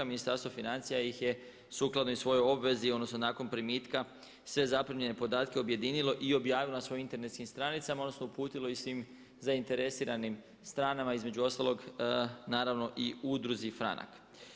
Ministarstvo financija ih je sukladno i svojoj obvezi, odnosno nakon primitka sve zaprimljene podatke objedinilo i objavilo na svojim internetskim stranicama, odnosno uputilo i svim zainteresiranim stranama između ostalog naravno i Udruzi „Franak“